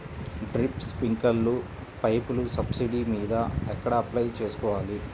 Drip, స్ప్రింకర్లు పైపులు subsidy మీద ఎక్కడ అప్లై చేసుకోవాలి?